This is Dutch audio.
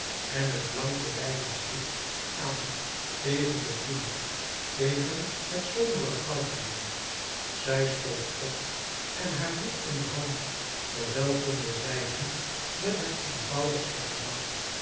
en het blankte lijdenswit aan tegen de bloemen tegen het sombere goudleêr zij stond op en haar boek in de hand verwelkomde zij hem met het eenvoudigste gemak